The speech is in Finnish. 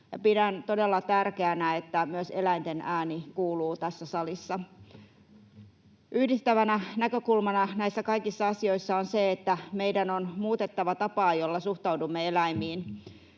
Pidän todella tärkeänä, että myös eläinten ääni kuuluu tässä salissa. Yhdistävänä näkökulmana näissä kaikissa asioissa on se, että meidän on muutettava tapaa, jolla suhtaudumme eläimiin.